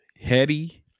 Hetty